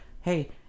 hey